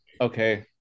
Okay